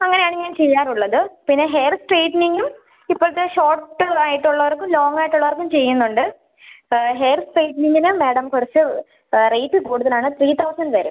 അങ്ങനെയാണ് ഞാൻ ചെയ്യാറുള്ളത് പിന്നെ ഹെയർ സ്ട്രെയിറ്റനിംഗും ഇപ്പോഴത്തെ ഷോർട്ട് ആയിട്ട് ഉള്ളവർക്കും ലോംഗ് ആയിട്ട് ഉള്ളവർക്കും ചെയ്യുന്നുണ്ട് ഹെയർ സ്ട്രെയിറ്റനിംഗിന് മാഡം കുറച്ച് റേറ്റ് കൂടുതൽ ആണ് ത്രീ തൗസൻഡ് വരും